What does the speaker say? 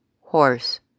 Horse